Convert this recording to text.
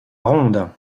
ronde